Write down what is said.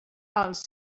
els